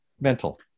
Mental